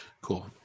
Cool